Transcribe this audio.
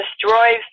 destroys